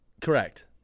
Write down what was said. Correct